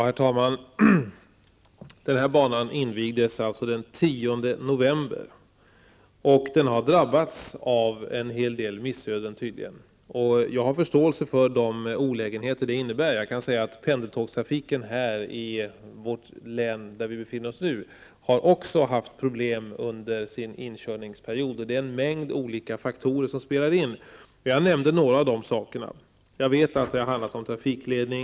Herr talman! Den här banan invigdes den 10 november, och den har tydligen drabbats av en hel del missöden. Jag har förståelse för de olägenheter som detta innebär. Pendeltågstrafiken i det län som vi nu befinner oss i hade också problem under sin inkörningsperiod. Det är en mängd olika faktorer som spelar in. Jag nämnde en del av de faktorerna. Jag vet att det har handlat om trafikledning.